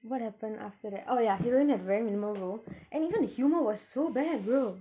what happened after that oh ya heroine have a very minimum role and even the humour was so bad bro